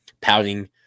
pouting